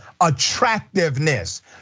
attractiveness